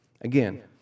Again